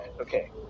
okay